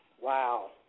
wow